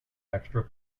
extra